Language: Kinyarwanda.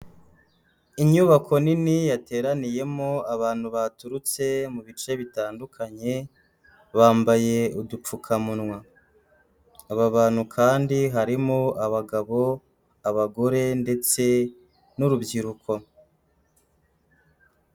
Inyubako nini yateraniyemo abantu baturutse mu bice bitandukanye, bambaye udupfukamunwa. Aba bantu kandi harimo abagabo, abagore ndetse n'urubyiruko.